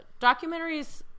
documentaries